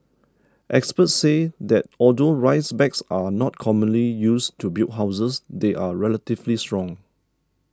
experts say that although rice bags are not commonly used to build houses they are relatively strong